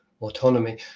autonomy